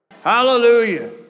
Hallelujah